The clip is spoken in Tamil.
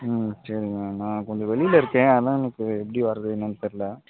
ம் சரிங்க நான் கொஞ்சம் வெளியில் இருக்கேன் அதுதான் எனக்கு எப்படி வர்றது என்னென்னு தெரில